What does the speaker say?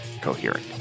coherent